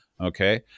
okay